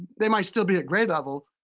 they might still be at grade level,